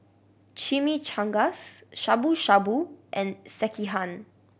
Chimichangas Shabu Shabu and Sekihan